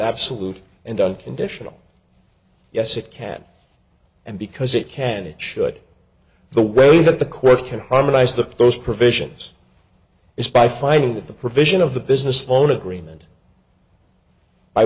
absolute and unconditional yes it can and because it can it should the way that the court can harmonize the those provisions is by fighting the provision of the business loan agreement